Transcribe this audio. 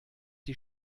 die